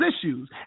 issues